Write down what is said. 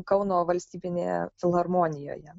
kauno valstybinėje filharmonijoje